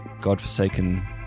godforsaken